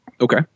Okay